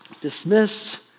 dismisses